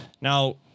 now